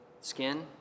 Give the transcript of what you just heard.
skin